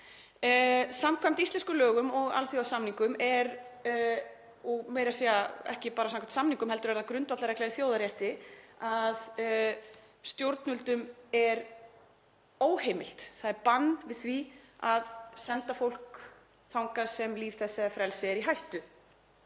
Samkvæmt íslenskum lögum og alþjóðasamningum og meira að segja ekki bara samkvæmt samningum heldur er það grundvallarregla í þjóðarétti, er stjórnvöldum það óheimilt, það er bann við því að senda fólk þangað sem líf þess eða frelsi er í hættu.